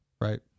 right